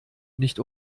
nicht